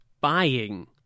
buying